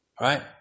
Right